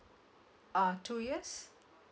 uh two years